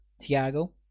Tiago